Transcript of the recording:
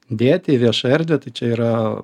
dėti į viešą erdvę čia yra